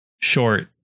short